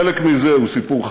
חלק מזה הוא סיפור חדש,